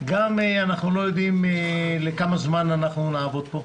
אנחנו לא יודעים כמה זמן נעבוד פה,